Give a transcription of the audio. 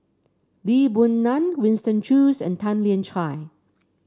Lee Boon Ngan Winston Choos and Tan Lian Chye